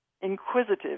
Inquisitive